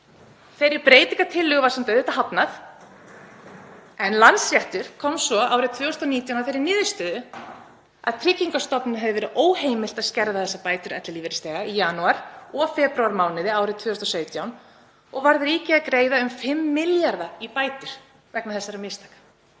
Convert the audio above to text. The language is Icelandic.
Þeirri breytingartillögu var samt auðvitað hafnað. Landsréttur komst svo árið 2019 að þeirri niðurstöðu að Tryggingastofnun hefði verið óheimilt að skerða þessar bætur ellilífeyrisþega í janúar- og febrúarmánuði árið 2017 og varð ríkið að greiða um 5 milljarða í bætur vegna þessara mistaka.